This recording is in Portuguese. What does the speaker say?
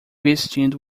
vestindo